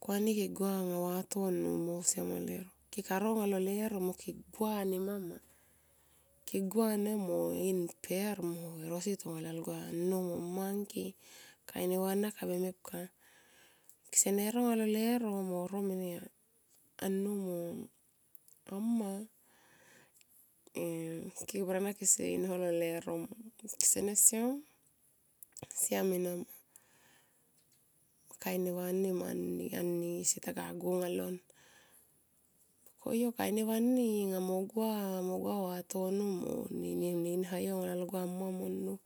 Ko ani kegua anga vatono mo siama lero. Keka ro nga lo lero. Ke gua ne ma ma mo in per mo e rosi tonga lalgua a nnou ma mma ngke kain neva ana kabe mepka. Kesene ro nga lo lero mo ro mene a nnou mo amma em ke barana kese inho lo lero ma kesene siam, siam enama. Kain neva ni ani seta gua nga lon. Koyu kain neva ani nga mo gua vatono mo mone ihayo alalgua amma mo nnou